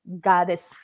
goddess